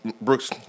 Brooks